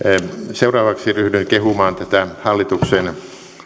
seuraavaksi ryhdyn kehumaan tätä hallituksen